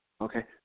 Okay